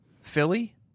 Philly